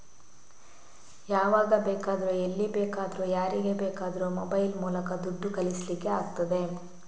ಯಾವಾಗ ಬೇಕಾದ್ರೂ ಎಲ್ಲಿ ಬೇಕಾದ್ರೂ ಯಾರಿಗೆ ಬೇಕಾದ್ರೂ ಮೊಬೈಲ್ ಮೂಲಕ ದುಡ್ಡು ಕಳಿಸ್ಲಿಕ್ಕೆ ಆಗ್ತದೆ